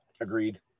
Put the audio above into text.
agreed